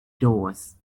doors